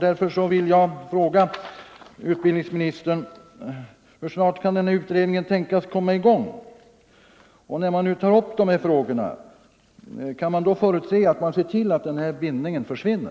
Därför vill jag fråga utbildningsministern: Hur snart kan den här utredningen tänkas komma i gång? Och när den tar upp dessa frågor kan vi då vänta oss att man ser till att ifrågavarande bindning försvinner?